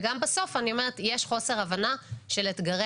וגם בסוף אני אומרת שיש חוסר הבנה של אתגרי